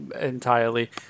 entirely